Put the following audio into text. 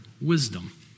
wisdom